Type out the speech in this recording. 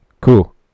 Cool